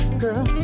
girl